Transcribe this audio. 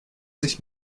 sich